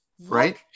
right